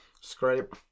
Scrape